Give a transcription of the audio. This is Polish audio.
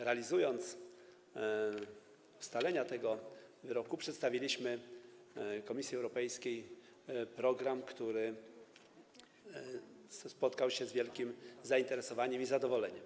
Realizując ustalenia tego wyroku, przedstawiliśmy Komisji Europejskiej program, który spotkał się z wielkim zainteresowaniem i zadowoleniem.